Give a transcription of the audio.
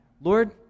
Lord